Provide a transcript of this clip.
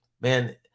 man